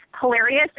hilarious